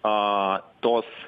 o tos